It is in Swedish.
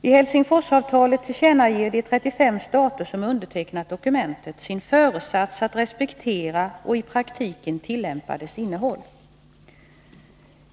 I Helsingforsavtalet tillkännager de 35 stater som undertecknat dokumentet sin föresats att respektera och i praktiken tillämpa dess innehåll.